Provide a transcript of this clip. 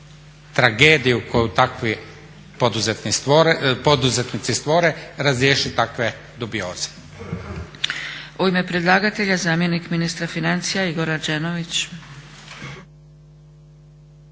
tragediju koju takvi poduzetnici stvore razriješi takve dubioze.